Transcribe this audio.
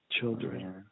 Children